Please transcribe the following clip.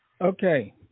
okay